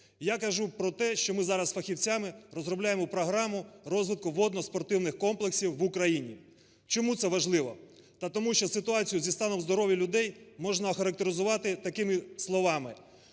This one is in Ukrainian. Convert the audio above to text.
Я кажу про те, що ми зараз із фахівцями розробляємо програму розвитку водноспортивних комплексів в Україні. Чому це важливо? Та тому що ситуацію зі станом здоров'я людей можна охарактеризувати такими словами: